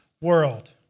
world